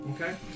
Okay